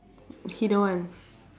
he don't want